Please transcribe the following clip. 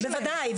בוודאי,